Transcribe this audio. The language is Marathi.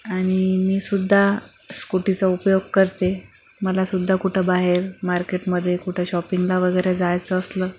आणि मीसुद्धा स्कूटीचा उपयोग करते मलासुद्धा कुठं बाहेर मार्केटमध्ये कुठं शॉपिंगला वगैरे जायचं असलं